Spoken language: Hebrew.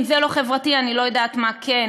אם זה לא חברתי אני לא יודעת מה כן.